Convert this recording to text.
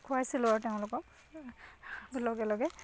খুৱাইছিলোঁ আৰু তেওঁলোকক লগে লগে